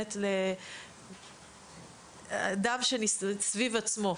באמת קשורה ל- -- סביב עצמו.